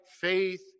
faith